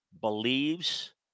believes